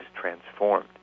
transformed